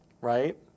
right